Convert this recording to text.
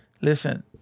Listen